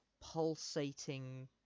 pulsating